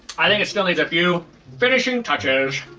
i think it still needs a few finishing touches.